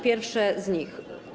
Pierwsze z nich.